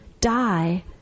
die